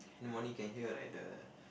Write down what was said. in the morning you can hear like the